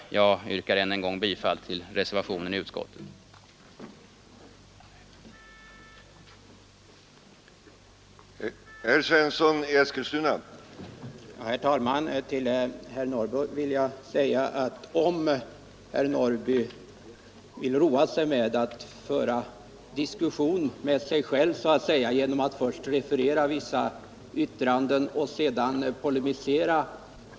Jag yrkar än en gång bifall till reservationen i utskottets betänkande.